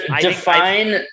define